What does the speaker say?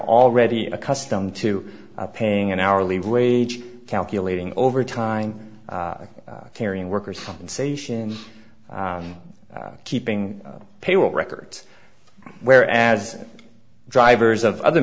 already accustomed to paying an hourly wage calculating overtime carrying workers compensation and keeping payroll records where as drivers of other